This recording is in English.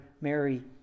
Mary